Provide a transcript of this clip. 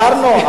אמרנו.